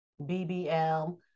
BBL